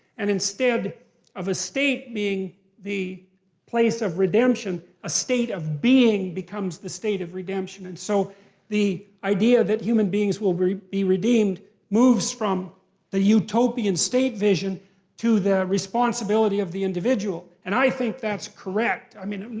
and instead of a state being the place of redemption, a state of being becomes the test of redemption. and so the idea that human beings will be be redeemed moves from the utopian state vision to the responsibility of the individual. and i think that's correct. i mean i